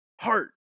heart